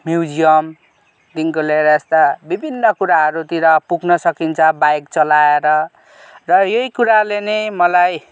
म्युजियमदेखिन्को लिएर यस्ता विभिन्न कुराहरूतिर पुग्न सकिन्छ बाइक चलाएर र यही कुराले नै मलाई